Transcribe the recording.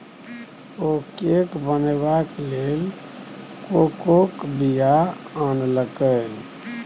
ओ cake बनेबाक लेल कोकोक बीया आनलकै